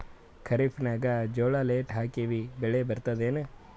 ಖರೀಫ್ ನಾಗ ಜೋಳ ಲೇಟ್ ಹಾಕಿವ ಬೆಳೆ ಬರತದ ಏನು?